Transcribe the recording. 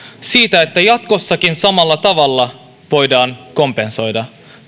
että jatkossakin samalla tavalla voidaan kompensoida